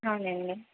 అవునండి